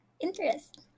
interest